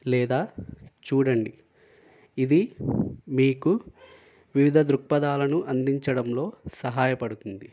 లేదా చూడండి ఇది మీకు వివిధ దృక్పథాలను అందించడంలో సహాయపడుతుంది